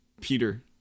Peter